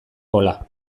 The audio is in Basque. gola